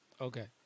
Okay